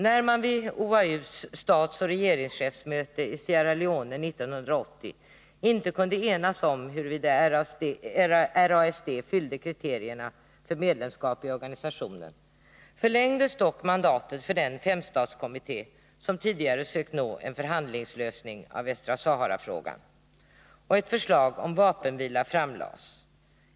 När man vid OAU:s statsoch regeringschefsmöte i Sierra Leone 1980 inte kunde enas om huruvida RASD fyllde kriterierna för medlemskap i organisationen, förlängdes dock mandatet för den femstatskommitté som tidigare sökt nå en förhandlingslösning av Västra Sahara-frågan, och ett förslag om vapenvila framlades.